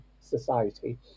society